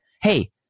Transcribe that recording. hey